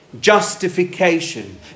Justification